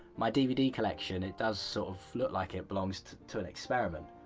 my dvd collection, it does sort of look like it belongs to to an experiment.